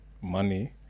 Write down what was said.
money